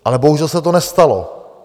Ale bohužel se to nestalo.